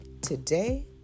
today